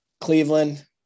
Cleveland